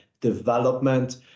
development